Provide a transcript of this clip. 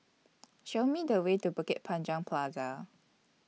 Show Me The Way to Bukit Panjang Plaza